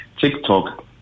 TikTok